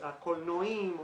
הקולנועים,